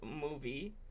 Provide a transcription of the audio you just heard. movie